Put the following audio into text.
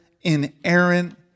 inerrant